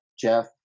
jeff